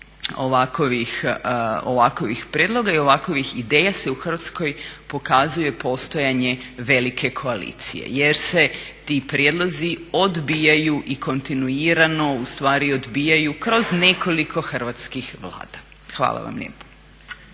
ovakvih prijedloga i ovakvih ideja se u Hrvatskoj pokazuje postojanje velike koalicije. Jer se ti prijedlozi odbijaju i kontinuirano ustvari odbijaju kroz nekoliko hrvatskih Vlada. Hvala vam lijepo.